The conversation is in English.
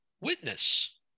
witness